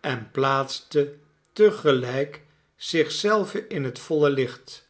en plaatste te gelijk zich zelve in het voile licht